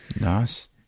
Nice